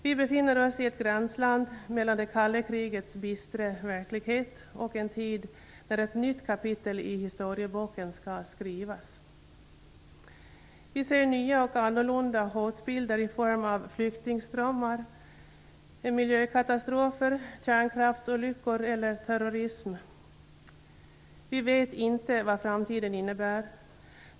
Vi befinner oss i ett gränsland mellan det kalla krigets bistra verklighet och en tid när ett nytt kapitel i historieboken skall skrivas. Vi ser nya och annorlunda hotbilder i form av flyktingströmmar, miljökatastrofer, kärnkraftsolyckor och terrorism. Vi vet inte vad framtiden innebär.